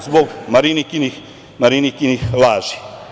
Zbog Marinikinih laži.